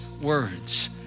words